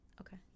Okay